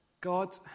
God